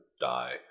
die